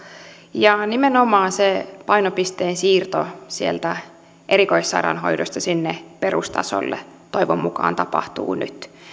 ja nimenomaan se painopisteen siirto sieltä erikoissairaanhoidosta sinne perustasolle toivon mukaan tapahtuu nyt